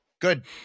good